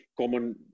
common